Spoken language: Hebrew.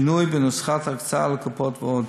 שינוי בנוסחת ההקצאה לקופות ועוד.